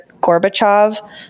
Gorbachev